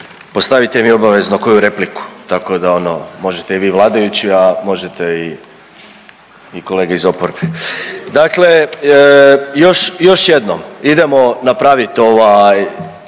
Postavite mi obavezno koju repliku, tako da ono, možete i vi vladajući, a možete i kolege iz oporbe. Dakle, još jednom, idemo napravit